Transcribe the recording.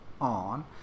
on